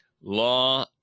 law